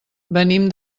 venim